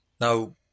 Now